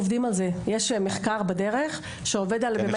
עובדים על זה, יש בדרך מחקר שעובד על הקשר.